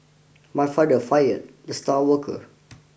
my father fired the star worker